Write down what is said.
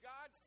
God